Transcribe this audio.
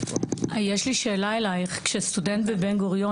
יש לי שאלה אליך: כשסטודנט בבן גוריון